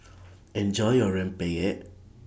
Enjoy your Rempeyek